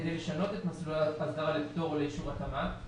כדי לשנות את מסלול החזרה לפטור ואישור הקמה,